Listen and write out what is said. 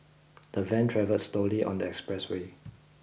the van travelled slowly on the expressway